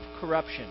corruption